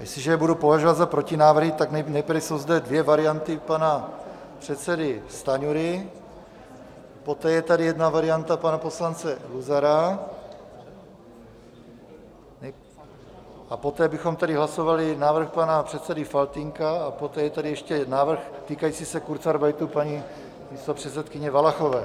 Jestliže je budu považovat za protinávrhy, tak nejprve jsou zde dvě varianty pana předsedy Stanjury, poté je tady jedna varianta pana poslance Luzara, poté bychom hlasovali návrh pana předsedy Faltýnka a poté je tady ještě návrh týkající se kurzarbeitu paní místopředsedkyně Valachové.